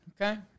Okay